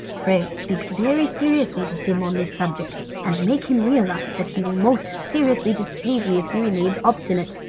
pray speak very seriously to him on this subject, and make him realize that he will most seriously displease me if he remains obstinate,